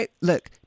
look